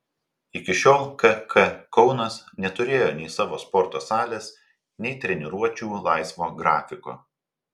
iki šiol kk kaunas neturėjo nei savo sporto salės nei treniruočių laisvo grafiko